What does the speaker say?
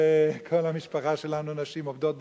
ובכל המשפחה שלנו נשים עובדות,